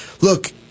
Look